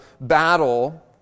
battle